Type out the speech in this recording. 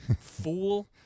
fool